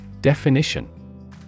Definition